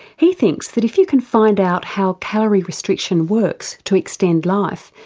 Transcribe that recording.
he thinks that if you can find out how calorie restriction works to extend life,